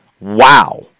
Wow